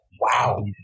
wow